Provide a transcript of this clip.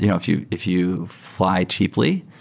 you know if you if you fl y cheaply,